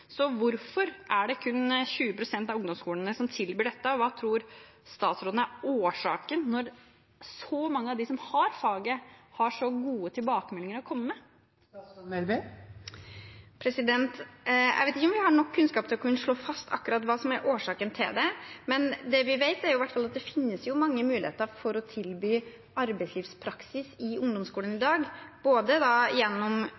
Så hvorfor er det kun 20 pst. av ungdomsskolene som tilbyr dette? Og hva tror statsråden er årsaken, når så mange av dem som har faget, har så gode tilbakemeldinger å komme med? Jeg vet ikke om vi har nok kunnskap til å kunne slå fast akkurat hva som er årsaken til det. Men det vi vet, er i hvert fall at det finnes mange muligheter for å tilby arbeidslivspraksis i ungdomsskolen i dag, både gjennom